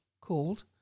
called